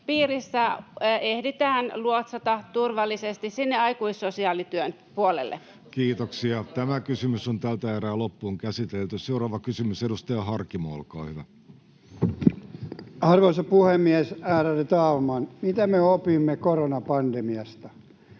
piirissä, ehditään luotsata turvallisesti sinne aikuissosiaalityön puolelle. Seuraava kysymys, edustaja Harkimo, olkaa hyvä. Arvoisa puhemies, ärade talman! Mitä me opimme koronapandemiasta?